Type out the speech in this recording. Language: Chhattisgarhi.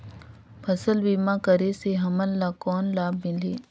फसल बीमा करे से हमन ला कौन लाभ मिलही?